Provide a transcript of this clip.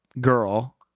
girl